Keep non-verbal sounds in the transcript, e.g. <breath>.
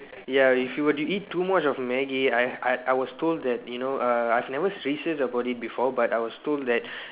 ya if you were to eat too much of Maggi I I I was told that you know uh I've never a body before but I was told that <breath>